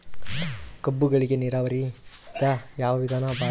ಕಬ್ಬುಗಳಿಗಿ ನೀರಾವರಿದ ಯಾವ ವಿಧಾನ ಭಾರಿ?